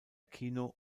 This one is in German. kino